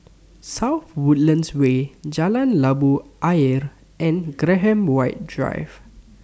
South Woodlands Way Jalan Labu Ayer and Graham White Drive